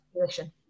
position